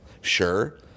sure